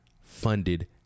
funded